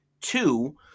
two